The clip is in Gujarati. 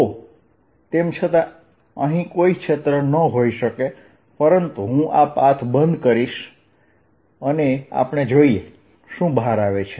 તો તેમ છતાં અહીં કોઈ ક્ષેત્ર ન હોઈ શકે પરંતુ હું આ પાથ બંધ કરીશ અને આપણે જોઈએ શું બહાર આવે છે